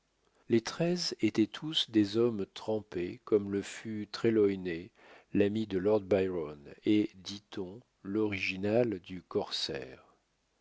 les treize étaient tous des hommes trempés comme le fut trelawney l'ami de lord byron et dit-on l'original du corsaire